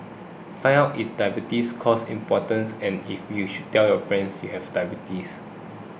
find out if diabetes causes impotence and if you should tell your friends you have diabetes